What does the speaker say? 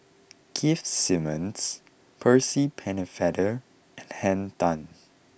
Keith Simmons Percy Pennefather and Henn Tan